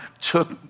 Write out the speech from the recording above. took